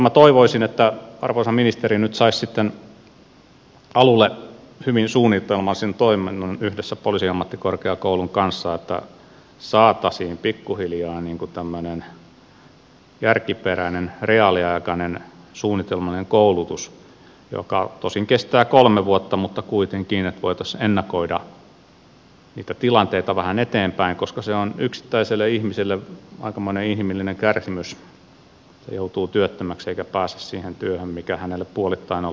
minä toivoisin että arvoisa ministeri nyt saisi sitten alulle hyvin suunnitelmallisen toiminnan yhdessä poliisiammattikorkeakoulun kanssa että saataisiin pikkuhiljaa tämmöinen järkiperäinen reaaliaikainen suunnitelmallinen koulutus joka tosin kestää kolme vuotta mutta kuitenkin että voitaisiin ennakoida niitä tilanteita vähän eteenpäin koska se on yksittäiselle ihmiselle aikamoinen inhimillinen kärsimys että joutuu työttömäksi eikä pääse siihen työhön mikä hänelle puolittain on luvattu